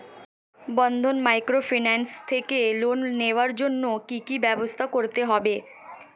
বন্ধন microfinance থেকে loan নেওয়ার জন্য কি কি ব্যবস্থা করতে হবে?